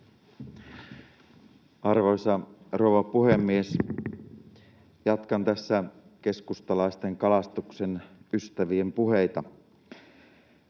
Arvoisa rouva puhemies! Jatkan tässä keskustalaisten kalastuksen ystävien puheita.